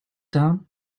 down